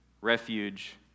refuge